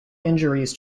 injuries